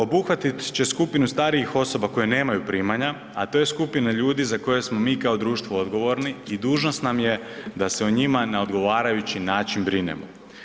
Obuhvatit će skupinu starijih osoba koji nemaju primanja, a to je skupina ljudi za koju smo mi kao društvo odgovorni i dužnost nam je da se o njima na odgovarajući način brinemo.